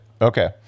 Okay